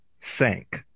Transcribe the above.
sank